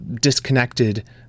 disconnected